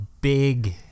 big